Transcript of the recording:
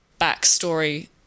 backstory